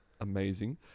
amazing